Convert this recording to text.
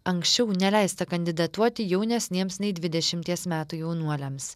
anksčiau neleista kandidatuoti jaunesniems nei dvidešimties metų jaunuoliams